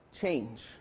change